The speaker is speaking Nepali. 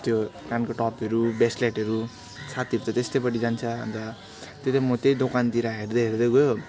त्यो कानको टपहरू ब्रेस्लेटहरू साथीहरू त त्यस्तैपट्टि जान्छ अन्त त्यो चाहिँ म त्यही दोकानतिर हेर्दै हेर्दै गयो